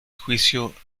juicio